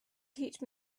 teach